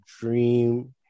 dream